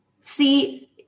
see